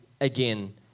again